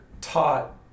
taught